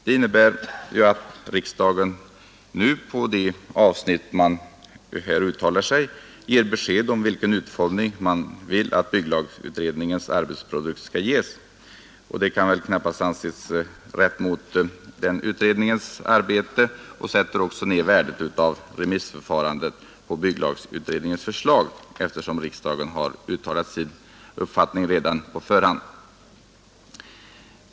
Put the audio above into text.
Det innebär att riksdagen nu på de avsnitt man uttalar sig om ger besked om vilken utformning bygglagutredningens arbetsprodukt bör ges. Det kan knappast anses rätt mot den utredningen och sätter också ned värdet av remissförfarandet på bygglagutredningens förslag, eftersom riksdagen redan på förhand uttalat sin uppfattning.